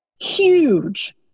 huge